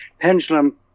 pendulum